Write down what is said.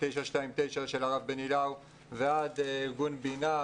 929 של הרב בני לאו ועד ארגון בינ"ה,